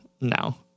no